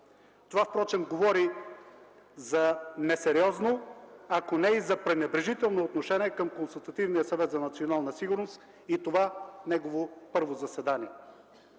Това говори за несериозно, ако не и за пренебрежително отношение към Консултативния съвет за национална сигурност и това негово първо заседание.